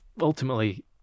ultimately